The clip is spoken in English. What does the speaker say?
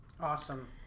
Awesome